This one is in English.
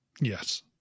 Yes